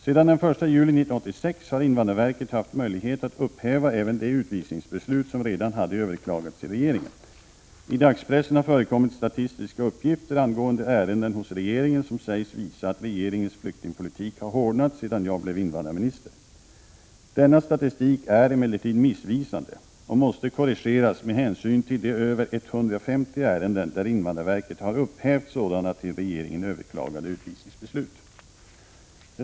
Sedan den 1 juli 1986 har invandrarverket haft möjlighet att upphäva även de utvisningsbeslut som redan hade överklagats till regeringen. I dagspressen har förekommit statistiska uppgifter angående ärenden hos regeringen som sägs visa att regeringens flyktingpolitik har hårdnat sedan jag blev invandrarminister. Denna statistik är emellertid missvisande och måste korrigeras med hänsyn till de över 150 ärenden där invandrarverket har upphävt sådana till regeringen överklagade utvisningsbeslut.